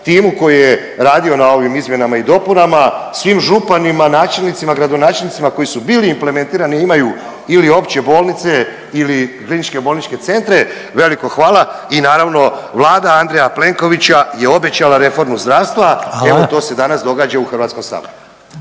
timu koji je radio na ovim izmjenama i dopunama, svim županima, načelnicima, gradonačelnicima koji su bili implementirani imaju ili opće bolnice ili kliničke bolničke centre veliko hvala i naravno Vlada Andreja Plenkovića je obećala reformu zdravstva …/Upadica: Hvala./… evo to se danas događa u Hrvatskom saboru.